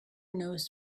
knows